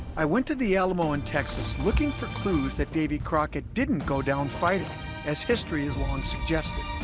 i went to the alamo in texas looking for clues that davy crockett didn't go down fighting as history has long suggested